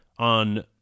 on